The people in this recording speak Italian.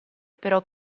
però